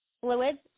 fluids